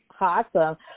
Awesome